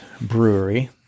Brewery